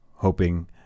Hoping